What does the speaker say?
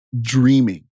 dreaming